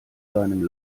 seinem